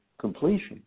completion